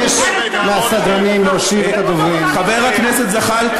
קורא לסדרנים להושיב את חברי הכנסת שמפריעים לדיון.